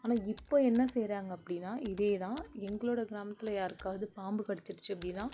ஆனால் இப்போ என்ன செய்கிறாங்க அப்படின்னா இதே தான் எங்களோடய கிராமத்தில் யாருக்காவது பாம்பு கடிச்சிடுச்சு அப்படின்னா